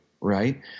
Right